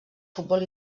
futbol